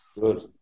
Good